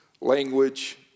language